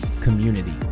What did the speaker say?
community